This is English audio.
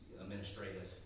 administrative